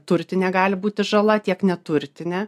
turtinė gali būti žala tiek neturtinė